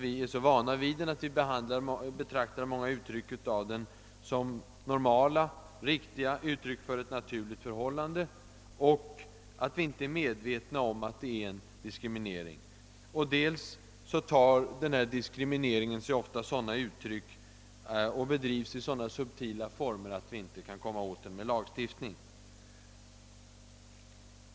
Dels är vi så vana vid den, att vi betraktar många uttryck av den som normala uttryck för ett naturligt förhållande och inte är medvetna om att det är en diskriminering, dels tar sig denna diskriminering sådana uttryck och drivs i så subtila former, att vi inte kan komma åt den med lagstiftning.